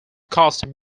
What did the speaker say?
caused